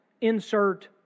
insert